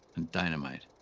and dynamite.